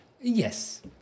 Yes